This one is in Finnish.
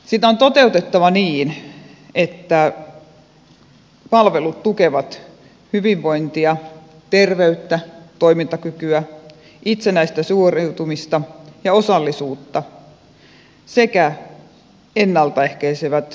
sitä on toteutettava niin että palvelut tukevat hyvinvointia terveyttä toimintakykyä itsenäistä suoriutumista ja osallisuutta sekä ennalta ehkäisevät muuta palveluntarvetta